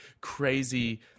crazy